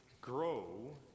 grow